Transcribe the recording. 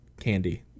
candy